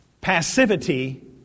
passivity